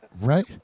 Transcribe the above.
Right